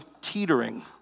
teetering